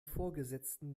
vorgesetzten